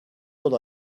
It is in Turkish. yol